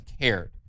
cared